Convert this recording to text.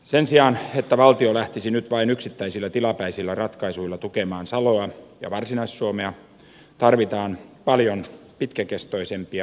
sen sijaan että valtio lähtisi nyt vain yksittäisillä tilapäisillä ratkaisuilla tukemaan saloa ja varsinais suomea tarvitaan paljon pitkäkestoisempia toimenpiteitä